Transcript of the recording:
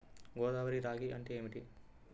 గోదావరి రాగి అంటే ఏమిటి?